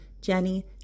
Jenny